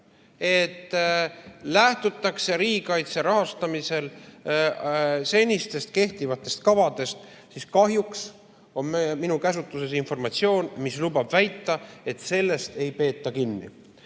read, et riigikaitse rahastamisel lähtutakse kehtivatest kavadest, ent kahjuks on minu käsutuses informatsioon, mis lubab väita, et sellest ei peeta kinni.